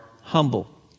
humble